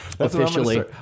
Officially